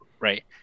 right